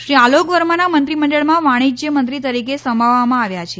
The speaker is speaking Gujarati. શ્રી અલોક વર્માને મંત્રીમંડળમાં વાણિજ્ય મંત્રી તરીકે સમાવવામાં આવ્યા છે